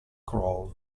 crawl